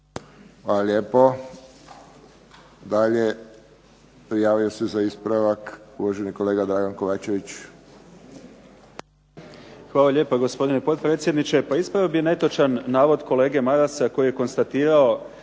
Hvala lijepo. Dalje prijavio se za ispravak uvaženi kolega Dragan Kovačević. Izvolite. **Kovačević, Dragan (HDZ)** Hvala lijepo gospodine potpredsjedniče. Pa ispravio bih netočan navoda kolege Marasa koji je konstatirao